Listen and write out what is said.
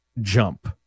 jump